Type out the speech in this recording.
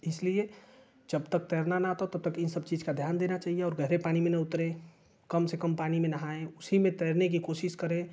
इसलिए जब तक तैरना न आता हो तब तक इन सब चीज़ का ध्यान देना चाहिए और गहरे पानी में न उतरें कम से कम पानी में नहाएँ उसी में तैरने की कोशिश करें